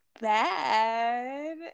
bad